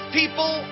people